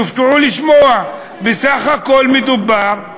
תופתעו לשמוע, בסך הכול מדובר